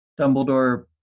Dumbledore